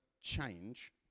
change